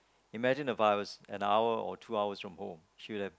imagine If I was an hour or two hours from home she would have